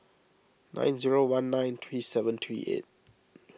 nine zero one nine three seven three eight